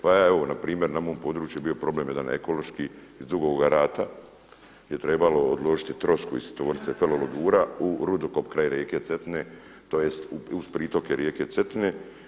Pa evo npr. na mojem području je bio problem jedan ekološki iz Dugoga Rata je trebalo odložiti trosku iz tvornice ferolegura u … kraj rijeke Cetine, tj. uz pritoke rijeke Cetine.